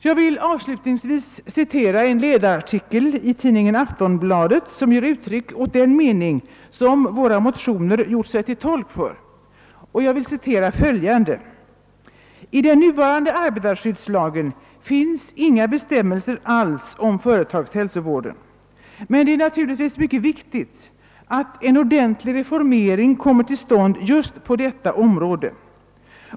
Jag vill avslutningsvis citera en ledarartikel i tidningen Aftonbladet för den 28 februari i år, som ger uttryck åt den mening vi gjort oss till tolk för i våra motioner. Aftonbladet skriver: »I den nuvarande arbetarskyddslagen finns inga bestämmelser alls om företagshälsovården. Men det är naturligtvis mycket viktigt att en ordentlig reformering kommer till stånd just på detta område.